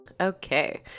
okay